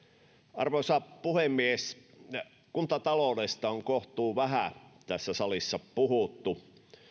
arvoisa puhemies kuntataloudesta on kohtuuvähän tässä salissa puhuttu